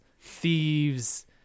thieves